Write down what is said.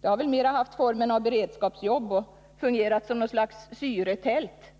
De har väl mer haft formen av beredskapsjobb och fungerat som något slags syretält